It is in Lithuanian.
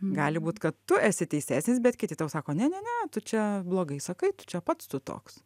gali būt kad tu esi teisesnis bet kiti tau sako ne ne ne tu čia blogai sakai tu čia pats tu toks